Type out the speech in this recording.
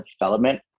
development